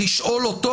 לשאול אותו